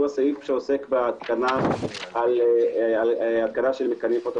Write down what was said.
שהוא הסעיף שעוסק בהתקנה של מתקנים פוטו